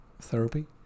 therapy